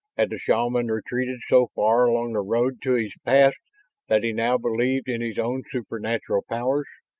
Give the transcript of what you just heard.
had the shaman retreated so far along the road to his past that he now believed in his own supernatural powers?